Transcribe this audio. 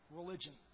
religion